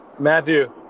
Matthew